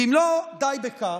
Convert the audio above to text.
ואם לא די בכך,